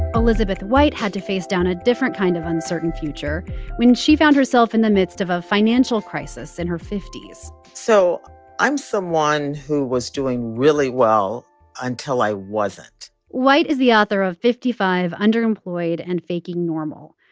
elizabeth white had to face down a different kind of uncertain future when she found herself in the midst of a financial crisis in her fifty point s so i'm someone who was doing really well until i wasn't white is the author of fifty five, underemployed, and faking normal.